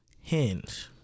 Hinge